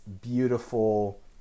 beautiful